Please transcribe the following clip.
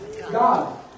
God